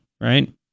right